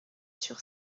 sur